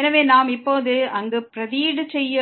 எனவே நாம் இப்போது அங்கு பிரதியீடு செய்ய வேண்டும்